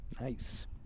Nice